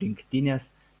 rinktinės